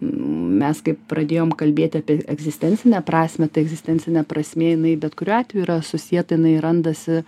mes kaip pradėjom kalbėti apie egzistencinę prasmę tai egzistencinė prasmė jinai bet kuriuo atveju yra susieta jinai randasi